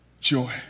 Joy